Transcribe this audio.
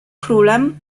królem